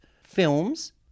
films